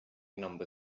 number